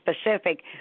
specific